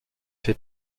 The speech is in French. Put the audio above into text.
fait